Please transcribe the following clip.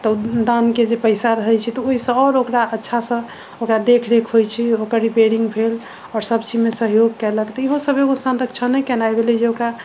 ओ दानके जे पैसा रहैत छै तऽ ओहिसँ आओर ओकरा अच्छासँ ओकरा देखरेख होइत छै ओकर रिपेयरिङ्ग भेल आओर सभचीजमे सहयोग कयलक तऽ इहो सभ एगो संरक्षणे केनाइ भेलै जे ओकरा